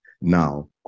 now